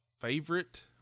favorite